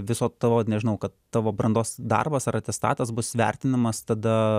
viso to nežinau kad tavo brandos darbas ar atestatas bus vertinamas tada